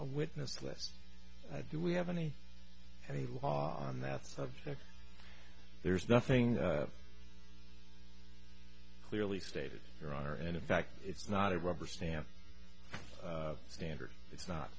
a witness list do we have any any law on that subject there's nothing clearly stated your honor and in fact it's not a rubber stamp standard it's not